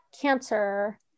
cancer